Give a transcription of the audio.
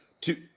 two